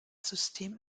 system